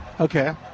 Okay